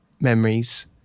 memories